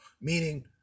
meaning